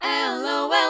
LOL